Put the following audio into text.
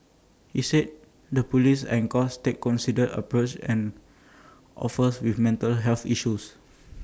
he said the Police and courts take considered approach an offers with mental health issues